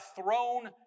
thrown